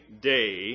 day